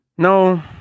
No